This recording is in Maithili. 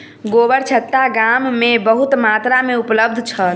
गोबरछत्ता गाम में बहुत मात्रा में उपलब्ध छल